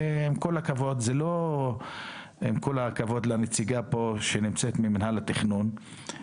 עם כל הכבוד לנציגה פה שנמצאת ממינהל התכנון,